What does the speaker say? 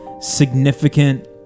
significant